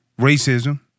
racism